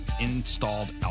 installed